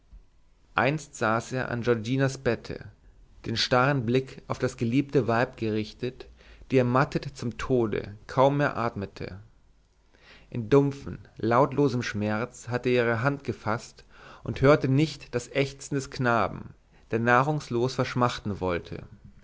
einst saß er an giorginas bette den starren blick auf das geliebte weib gerichtet die ermattet zum tode kaum mehr atmete in dumpfem lautlosem schmerz hatte er ihre hand gefaßt und hörte nicht das ächzen des knaben der nahrungslos verschmachten wollte